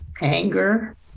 anger